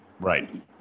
Right